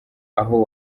aho